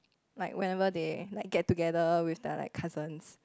like whenever they get together with their like cousins